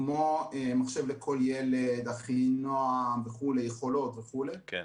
כמו "מחשב לכל ילד", "אחינועם" וכו' -- כן.